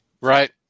right